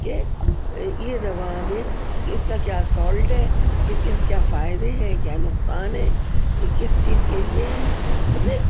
کہ یہ دوا میں کس کا کیا سالٹ ہے اس کے کیا فائدے ہیں کیا نقصان ہے یہ کس چیز کے لیے ہے مطلب